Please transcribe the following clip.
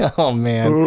ah oh man!